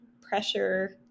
pressure